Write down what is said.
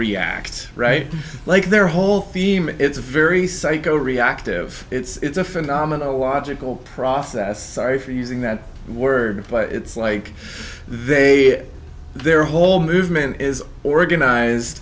react right like their whole theme it's a very psycho reactive it's a phenomenal logical process sorry for using that word but it's like they their whole movement is organized